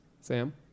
Sam